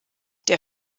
der